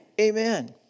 amen